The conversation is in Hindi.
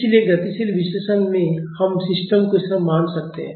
इसलिए गतिशील विश्लेषण में हम सिस्टम को इस तरह मान सकते हैं